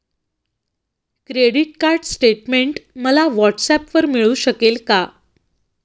Credit card statement मला व्हॉट्सऍपवर मिळू शकेल का?